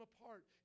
apart